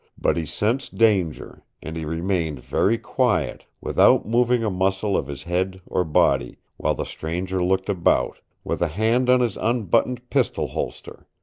but he sensed danger, and he remained very quiet, without moving a muscle of his head or body, while the stranger looked about, with a hand on his unbuttoned pistol holster.